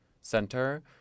Center